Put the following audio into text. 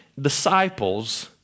disciples